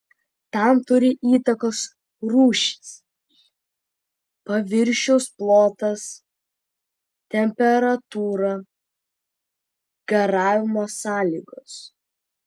tam turi įtakos rūšis paviršiaus plotas temperatūra garavimo sąlygos